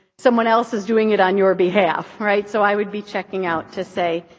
someone else is doing it on your behalf, right. so i would be checking out to say,